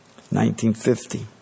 1950